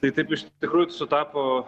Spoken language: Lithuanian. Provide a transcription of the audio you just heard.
tai taip iš tikrųjų sutapo